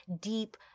deep